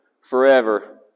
Forever